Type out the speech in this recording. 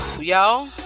y'all